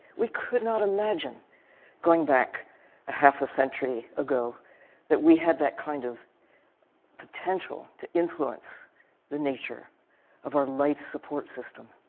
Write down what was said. we could not imagine going back half a century ago that we had that kind of potential to influence the nature of our life support system,